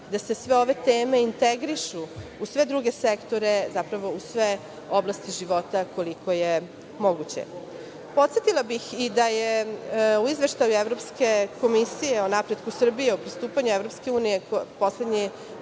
da se sve ove teme integrišu u sve druge sektore, zapravo u sve oblasti života koliko je moguće. Podsetila bih i da je u Izveštaju Evropske komisije o napretku Srbije u pristupanju EU, poslednji